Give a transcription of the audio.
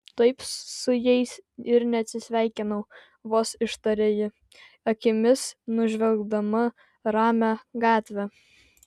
taip su jais ir neatsisveikinau vos ištarė ji akimis nužvelgdama ramią gatvę